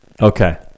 Okay